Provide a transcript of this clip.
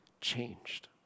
changed